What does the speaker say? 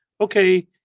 okay